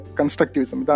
Constructivism